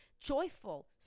joyful